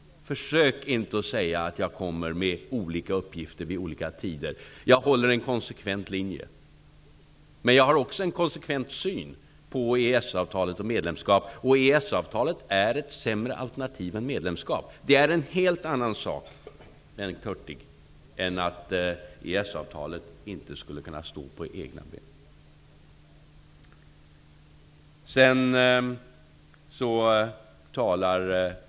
Försök inte att säga att jag kommer med olika uppgifter vid olika tidpunkter. Jag håller en konsekvent linje, och jag har också en konsekvent syn på EES-avtalet och medlemskap. EES-avtalet är ett sämre alternativ än medlemskap. Att säga det är en helt annan sak än att säga att EES-avtalet inte skulle kunna stå på egna ben.